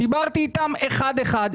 דיברתי איתם אחד-אחד.